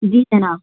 جی جناب